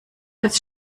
als